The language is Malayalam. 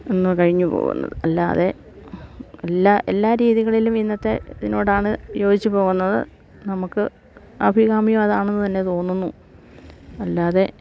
എന്ന് കഴിഞ്ഞു പോകുന്നത് അല്ലാതെ എല്ലാ എല്ലാ രീതികളിലും ഇന്നത്തെ ഇതിനോടാണ് യോജിച്ച് പോകുന്നത് നമുക്ക് അഭികാമ്യം അതാണെന്ന് തന്നെ തോന്നുന്നു അല്ലാതെ